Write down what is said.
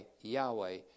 Yahweh